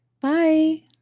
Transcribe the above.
bye